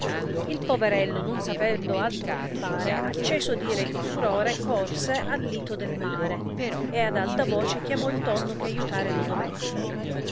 il poverello non sapendo altro che fare acceso d ira e di furore corse al lito del mare e ad alta voce chiamò il tonno che aiutare lo dovesse